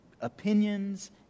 opinions